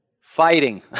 Fighting